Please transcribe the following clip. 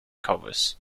covers